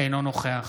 אינו נוכח